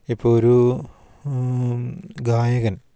ഇപ്പോൾ ഒരു ഗായകൻ